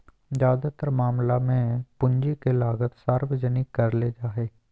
ज्यादातर मामला मे पूंजी के लागत सार्वजनिक करले जा हाई